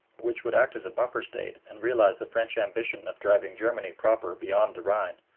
which would act as a buffer state and realize the french ambition of driving germany proper beyond the rhine,